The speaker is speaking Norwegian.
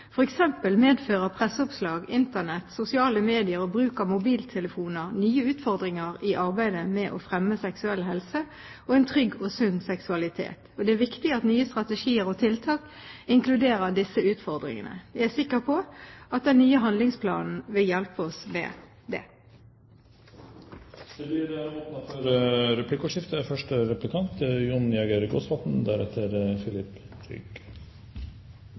medfører presseoppslag, Internett, sosiale medier og bruk av mobiltelefoner nye utfordringer i arbeidet med å fremme seksuell helse og en trygg og sunn seksualitet. Det er viktig at nye strategier og tiltak inkluderer disse utfordringene. Jeg er sikker på at den nye handlingsplanen vil hjelpe oss med det. Det blir åpnet for replikkordskifte.